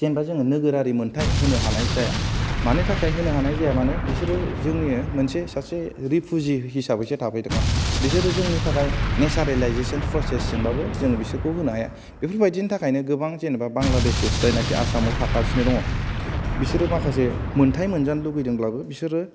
जेनावबा जोङो नोगोरारि मोनथाइ होनो हानाय जाया मानि थाखाय होनो हानाय जाया मानो बिसोरो जोङो मोनसे सासे रिफुजि हिसाबैसो थाफैदोंमोन बिसोरो जोंनि थाखाय नेसारालाइजेसनल फ्रसेसजोंबाबो जों बिसोरखौ होनो हाया बेफोर बायदिनि थाखायनो गोबां जेनावबा बांलादेशिस जायनाखि आसामाव थागासिनो दङ' बिसोरो माखासे मोनथाइ मोनजानो लुबैदोंब्लाबो बिसोरो